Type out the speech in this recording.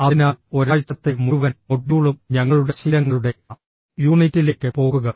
അതിനാൽ ഒരാഴ്ചത്തെ മുഴുവൻ മൊഡ്യൂളും ഞങ്ങളുടെ ശീലങ്ങളുടെ യൂണിറ്റിലേക്ക് പോകുക